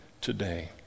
today